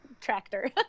Tractor